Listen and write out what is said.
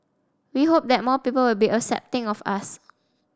we hope that more people will be accepting of us